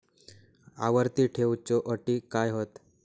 आवर्ती ठेव च्यो अटी काय हत?